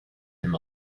him